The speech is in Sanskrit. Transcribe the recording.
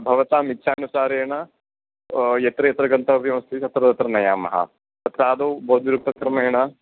भवतामिच्छानुसारेण यत्र यत्र गन्तव्यमस्ति तत्र तत्र नयामः तत्र आदौ भवद्भिरुक्तक्रमेण